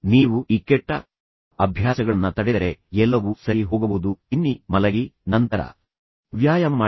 ನೀವು ಈ ಕೆಟ್ಟ ಅಭ್ಯಾಸಗಳನ್ನ ತಡೆದರೆ ಎಲ್ಲವೂ ಸರಿ ಹೋಗಬಹುದು ತಿನ್ನಿ ಮಲಗಿ ನಂತರ ವ್ಯಾಯಾಮ ಮಾಡಿ